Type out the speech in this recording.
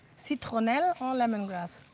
citronel or lemongrass.